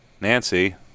Nancy